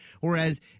Whereas